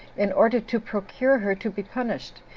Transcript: in order to procure her to be punished,